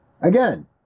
again